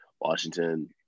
Washington